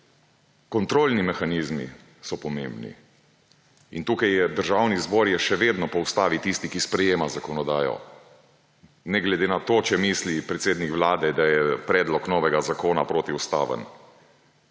Kontrolni mehanizmi so pomembni. Državni zbor je še vedno po ustavi tisti, ki sprejema zakonodajo, ne glede na to, če misli predsednik Vlade, da je predlog novega zakona protiustaven.